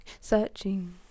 searching